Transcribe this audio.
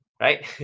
Right